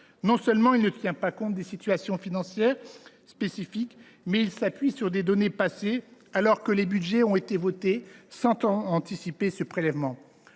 Non seulement il ne tient pas compte des situations financières spécifiques, mais il s’appuie sur des données passées, alors que les budgets ont été votés sans anticiper ce prélèvement.